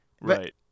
Right